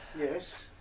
yes